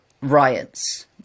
riots